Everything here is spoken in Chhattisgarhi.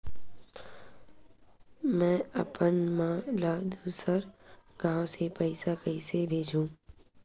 में अपन मा ला दुसर गांव से पईसा कइसे भेजहु?